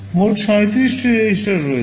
মোট 37 টি রেজিস্ট্রার রয়েছে